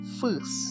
first